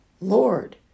Lord